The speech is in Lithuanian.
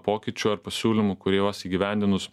pokyčių ar pasiūlymų kuriuos įgyvendinus